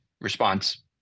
response